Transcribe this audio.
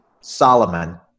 Solomon